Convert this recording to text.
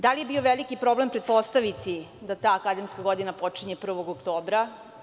Da li je bio veliki problem pretpostaviti da ta akademska godina počinje 1. oktobra.